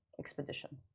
Expedition